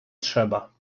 trzeba